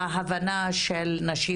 להבנה של נשים